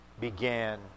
began